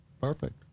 Perfect